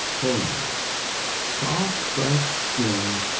poland soft, fresh skim,